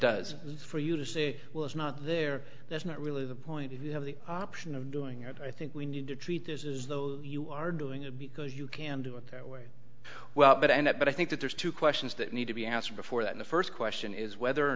this for you to say well it's not there that's not really the point if you have the option of doing it i think we need to treat this is the you are doing it because you can do it well but end up but i think that there's two questions that need to be answered before that the first question is whether or